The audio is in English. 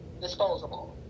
disposable